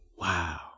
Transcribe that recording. wow